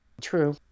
True